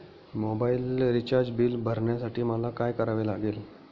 Mobile recharge bill भरण्यासाठी मला काय करावे लागेल?